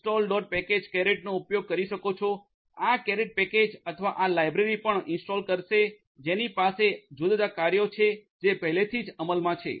packages caret નો ઉપયોગ કરી શકો છો આ કેરેટ પેકેજ અથવા આ લાઇબ્રેરી પણ ઇન્સ્ટોલ કરશે જેની પાસે જુદા જુદા કાર્યો છે જે પહેલેથી અમલમાં છે